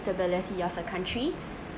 developing of a country